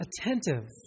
attentive